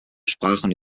sprachen